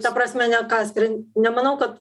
ta prasme ne kas ir nemanau kad